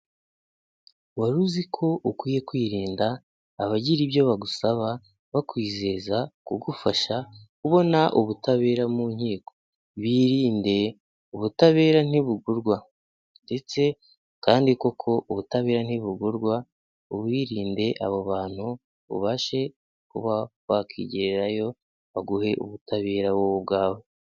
Wari uzi ko ukwiye kwirinda abagira ibyo bagusaba bakwizeza kugufasha kubona ubutabera mu nkiko, birinde ubutabera ntibugurwa ndetse kandi koko ubutabera ntibuburwa, ubirinde abo bantu, ubashe kuba wakigererayo baguhe ubutabera wowe ubwawe.